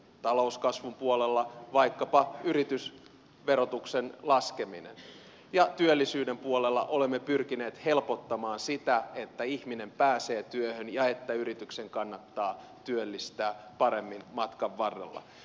talouskasvun puolella on vaikkapa yritysverotuksen laskeminen ja työllisyyden puolella olemme pyrkineet helpottamaan sitä että ihminen pääsee työhön ja että yrityksen kannattaa työllistää paremmin matkan varrella